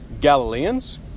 Galileans